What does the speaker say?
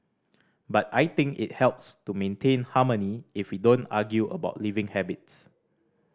but I think it helps to maintain harmony if we don't argue about living habits